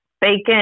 bacon